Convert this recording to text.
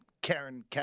Karen